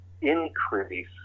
increase